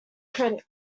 critics